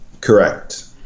Correct